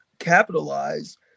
capitalize